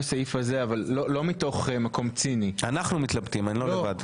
אנחנו מתלבטים אני לא לבד.